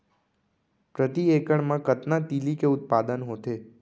प्रति एकड़ मा कतना तिलि के उत्पादन होथे?